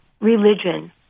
religion